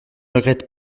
regrette